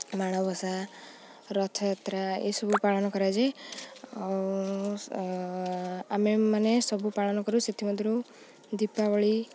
ମାଣବସା ରଥଯାତ୍ରା ଏସବୁ ପାଳନ କରାଯାଏ ଆଉ ଆମେମାନେ ସବୁ ପାଳନ କରୁ ସେଥିମଧ୍ୟରୁ ଦୀପାବଳି